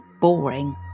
boring